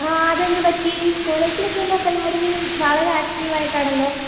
അ അതെന്ത് പറ്റി കോളേജിലൊക്കെ എല്ലാ പരിപാടിയിലും വളരെ ആക്ടിവായിട്ടാണല്ലൊ